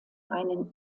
einen